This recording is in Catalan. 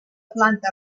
planta